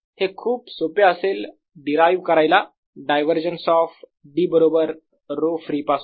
हे खूप सोपे असेल डीरायव करायला डायव्हरजन्स ऑफ D बरोबर ρfree पासून